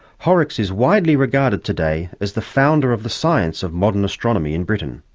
horrocks is widely regarded today as the founder of the science of modern astronomy in britain.